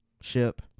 ship